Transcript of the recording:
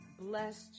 blessed